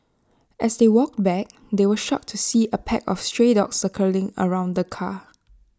as they walked back they were shocked to see A pack of stray dogs circling around the car